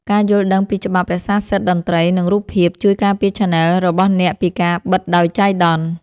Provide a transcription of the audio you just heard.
ការយល់ដឹងពីច្បាប់រក្សាសិទ្ធិតន្ត្រី និងរូបភាព ជួយការពារឆានែលរបស់អ្នកពីការបិទដោយចៃដន្យ។